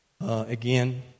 again